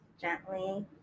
gently